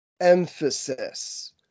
emphasis